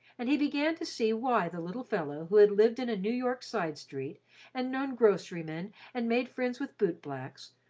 and he began to see why the little fellow who had lived in a new york side street and known grocery-men and made friends with boot-blacks,